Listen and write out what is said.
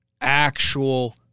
actual